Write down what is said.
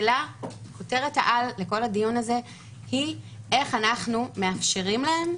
כותרת העל לכל הדיון הזה היא איך אנחנו מאפשרים להן,